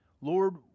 Lord